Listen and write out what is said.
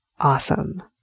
awesome